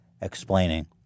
explaining